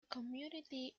community